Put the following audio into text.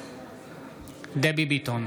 בעד דבי ביטון,